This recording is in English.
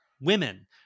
women